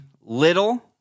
little